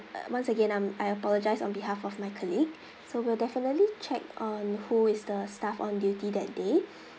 once again I am I apologize on behalf of my colleague so we'll definitely check on who is the staff on duty that day